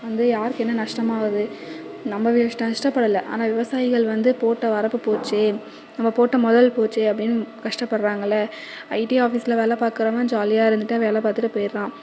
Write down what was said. வந்து யாருக்கு என்ன நஷ்டமாகுது நம்ம நஷ்டப்படலை ஆனால் விவசாயிகள் வந்து போட்ட வரப்பு போச்சே நம்ம போட்ட முதல் போச்சே அப்படின்னு கஷ்டப்படுறாங்கள்ல ஐடி ஆஃபீஸில் வேலை பாக்கிறவன் ஜாலியாக இருந்துட்டு வேலை பார்த்துட்டு போய்ட்றான்